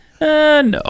No